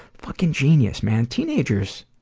fuckin' genius, man. teenagers!